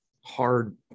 hard